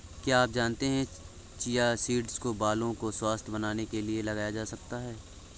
क्या आप जानते है चिया सीड्स को बालों को स्वस्थ्य बनाने के लिए लगाया जा सकता है?